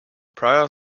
prior